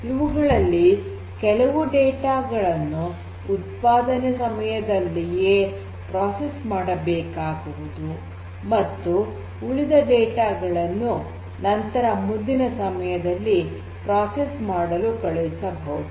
ಇವುಗಳಲ್ಲಿ ಕೆಲವು ಡೇಟಾ ಗಳನ್ನು ಉತ್ಪಾದನೆ ಸಮಯದಲ್ಲಿಯೇ ಪ್ರೋಸೆಸ್ ಮಾಡಬೇಕಾಗುವುದು ಮತ್ತು ಉಳಿದ ಡೇಟಾ ಗಳನ್ನು ನಂತರ ಮುಂದಿನ ಸಮಯದಲ್ಲಿ ಪ್ರೋಸೆಸ್ ಮಾಡಲು ಕಳುಹಿಸಬಹುದು